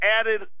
added